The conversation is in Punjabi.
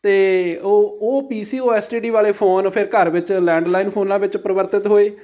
ਅਤੇ ਉਹ ਉਹ ਸੀ ਓ ਐੱਸ ਟੀ ਡੀ ਵਾਲੇ ਫ਼ੋਨ ਫਿਰ ਘਰ ਵਿੱਚ ਲੈਂਡਲਾਈਨ ਫ਼ੋਨਾਂ ਵਿੱਚ ਪਰਿਵਰਤਿਤ ਹੋਏ